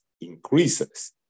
increases